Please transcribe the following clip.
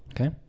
Okay